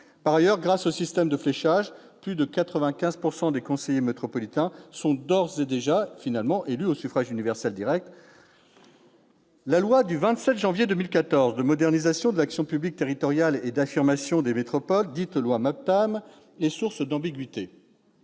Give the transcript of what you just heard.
Par ailleurs, grâce au système de fléchage, plus de 95 % des conseillers métropolitains sont d'ores et déjà élus au suffrage universel direct. La loi du 27 janvier 2014 de modernisation de l'action publique territoriale et d'affirmation des métropoles, ou loi MAPTAM, est source d'ambiguïté.